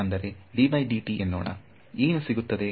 ಅಂದರೆ ಎನ್ನೋಣ ಏನು ಸಿಗುತ್ತದೆ